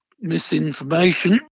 misinformation